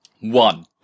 One